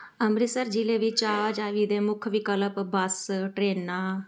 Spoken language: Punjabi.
ਅੰਮ੍ਰਿਤਸਰ ਜ਼ਿਲ੍ਹੇ ਵਿੱਚ ਆਵਾਜਾਵੀ ਦੇ ਮੁੱਖ ਵਿਕਲਪ ਬੱਸ ਟਰੇਨਾਂ